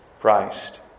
Christ